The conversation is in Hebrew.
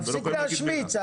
תפסיק להשמיץ.